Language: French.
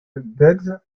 bugs